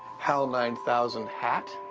hal nine thousand hat,